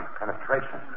penetration